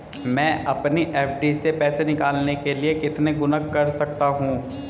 मैं अपनी एफ.डी से पैसे निकालने के लिए कितने गुणक कर सकता हूँ?